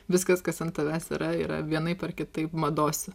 viskas kas ant tavęs yra yra vienaip ar kitaip mados